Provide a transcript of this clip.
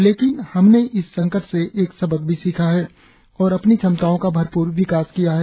लेकिन हमने इस संकट से एक सबक भी सीखा है और अपनी क्षमताओं का भरपूर विकास किया है